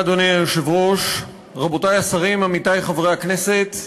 אדוני היושב-ראש, תודה, עמיתי חברי הכנסת,